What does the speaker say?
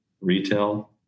retail